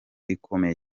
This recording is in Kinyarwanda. ikomeye